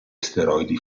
asteroidi